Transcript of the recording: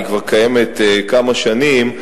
היא כבר קיימת כמה שנים,